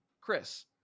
Chris